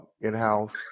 in-house